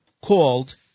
called